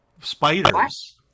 spiders